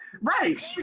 right